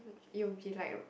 it will be like